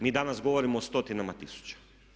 Mi danas govorimo o stotinama tisuća.